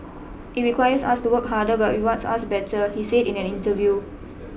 it requires us to work harder but rewards us better he said in an interview